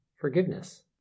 forgiveness